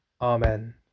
Amen